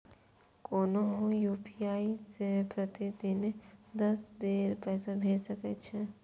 कोनो यू.पी.आई सं प्रतिदिन दस बेर पैसा भेज सकै छी